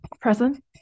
Present